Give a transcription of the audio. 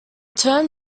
term